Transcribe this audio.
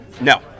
No